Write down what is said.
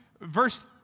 verse